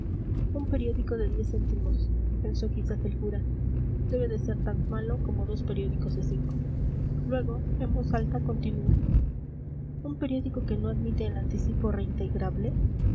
un periódico de diez céntimos pensó quizás el cura debe de ser tan malo como dos periódicos de cinco luego en voz alta continuó un periódico que no admite el anticipo reintegrable